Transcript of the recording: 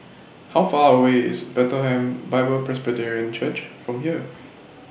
How Far away IS Bethlehem Bible Presbyterian Church from here